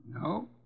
No